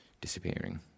disappearing